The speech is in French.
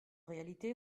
vérité